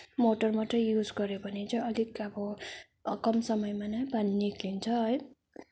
motor मात्रै use गऱ्यो भने चाहिँ अलिक अब कम समयमा नै पानी निक्लिन्छ है